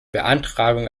beantragung